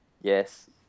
yes